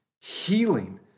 healing